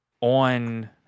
on